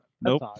Nope